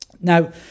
Now